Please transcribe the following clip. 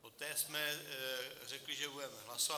Poté jsme řekli, že budeme hlasovat.